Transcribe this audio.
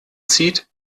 zieht